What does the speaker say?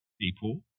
people